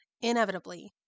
inevitably